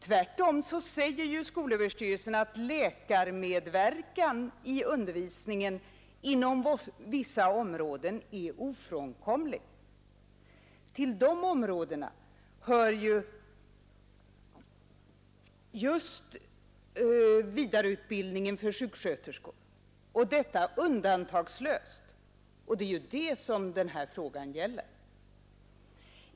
Tvärtom säger skolöverstyrelsen att läkarmedverkan i undervisningen inom vissa områden är ofrånkomlig. Och till de områdena hör just — och undantagslöst — vidareutbildningen för sjuksköterskor. Det är det som denna fråga gäller.